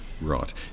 right